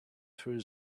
through